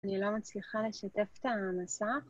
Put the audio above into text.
אני לא מצליחה לשתף את המסך.